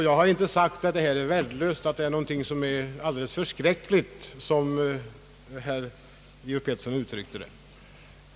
Jag har inte sagt att det var värdelöst eller någonting alldeles förskräckligt, som herr Georg Pettersson uttryckte det.